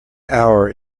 hour